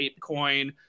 ApeCoin